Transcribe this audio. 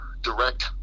direct